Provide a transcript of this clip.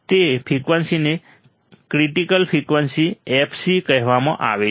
તે ફ્રિકવન્સીને critical frequency fc કહેવામાં આવે છે